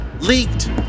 leaked